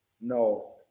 No